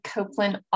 Copeland